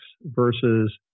versus